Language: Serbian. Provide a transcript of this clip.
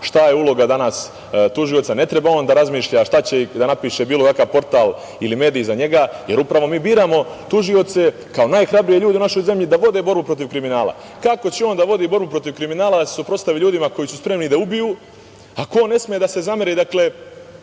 šta je uloga danas tužioca. Ne treba on da razmišlja šta će da napiše bilo kakav portal ili medij za njega, jer upravo mi biramo tužioce kao najhrabrije ljude u našoj zemlji da vode borbu protiv kriminala. Kako će on da vodi borbu protiv kriminala, da se suprotstavi ljudima koji su spremni da ubiju ako on ne sme da se zameri medijima